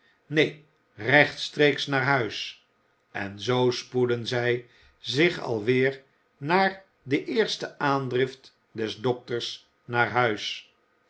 neen rechtstreeks naar huis en zoo spoedden zij zich alweer naar de eerste aandrift des dokters naar huis